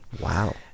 wow